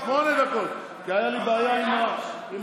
שמונה דקות, כי הייתה לי בעיה עם השעון.